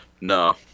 No